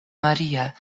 maria